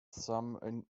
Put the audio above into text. some